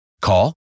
Call